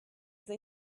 they